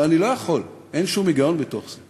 אבל אני לא יכול, אין שום היגיון בתוך זה.